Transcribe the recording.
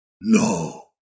No